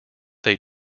they